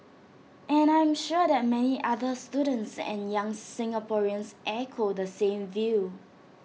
and I am sure that many other students and young Singaporeans echo the same view